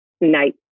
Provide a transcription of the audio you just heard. night